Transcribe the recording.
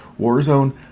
Warzone